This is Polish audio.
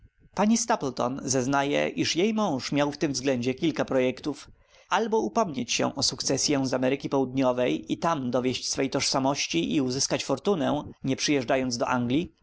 pani stapleton zeznaje iż jej mąż miał w tym względzie kilka projektów albo upomnieć się o sukcesyę z ameryki południowej i tam dowieść swej tożsamości i uzyskać fortunę nie przyjeżdżając do anglii